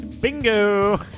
bingo